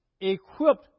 equipped